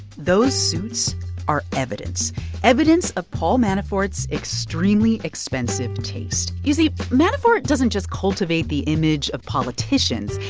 those suits are evidence evidence of paul manafort's extremely expensive taste. you see, manafort doesn't just cultivate the image of politicians.